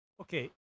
Okay